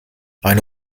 eine